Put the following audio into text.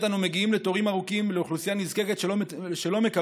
אחרת אנו מגיעים לתורים ארוכים ולאוכלוסייה נזקקת שלא מקבלת